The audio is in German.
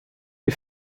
die